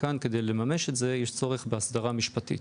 וכאן כדי לממש את זה יש צורך בהסדרה משפטית.